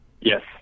Yes